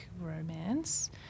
romance